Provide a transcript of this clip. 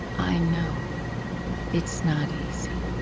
i know it's not easyi